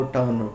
Town